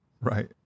Right